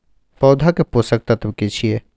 पौधा के पोषक तत्व की छिये?